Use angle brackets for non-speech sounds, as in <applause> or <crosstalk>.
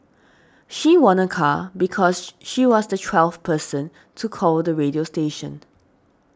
she won a car because <hesitation> she was the twelfth person to call the radio station